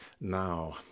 now